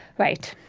right.